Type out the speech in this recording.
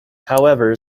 however